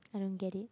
I don't get it